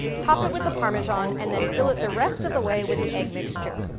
top it with the parmesan, and then fill it the rest of the way with the egg mixture.